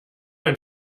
ein